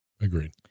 Agreed